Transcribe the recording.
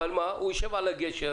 אבל שוטר יושב על הגשר,